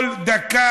כל דקה